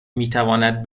میتواند